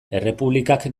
errepublikak